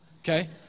okay